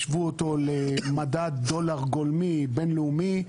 השוו אותו למדד דולר גולמי בינלאומי,